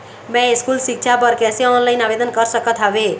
मैं स्कूल सिक्छा बर कैसे ऑनलाइन आवेदन कर सकत हावे?